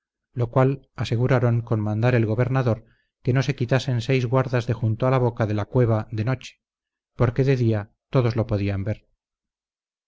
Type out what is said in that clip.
lo cual aseguraron con mandar el gobernador que no se quitasen seis guardas de junto a la boca de la cueva de noche porque de día todos lo podían ver